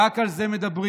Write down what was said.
רק על זה מדברים.